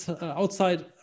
outside